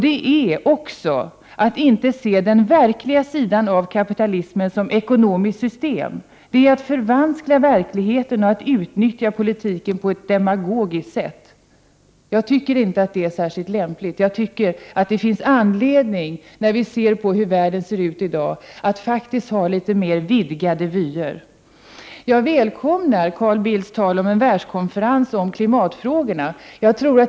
Det är också att inte se den verkliga sidan av kapitalismen som ekonomiskt system. Det är att förvanska verkligheten och att utnyttja politiken på ett demagogiskt sätt. Jag anser inte att detta är särskilt lämpligt utan tycker att det, när vi ser hur världen ser ut i dag, finns anledning att faktiskt ha litet mer vidgade vyer. Jag välkomnar Carl Bildts tal om en världskonferens om klimatfrågorna.